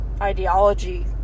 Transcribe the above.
ideology